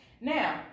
Now